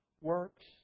works